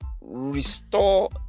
restore